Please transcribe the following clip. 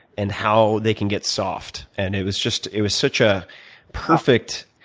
and how they can get soft. and it was just it was such a perfect